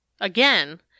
again